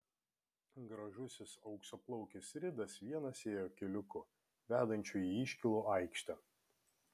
gražusis auksaplaukis ridas vienas ėjo keliuku vedančiu į iškylų aikštę